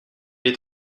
est